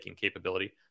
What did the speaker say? capability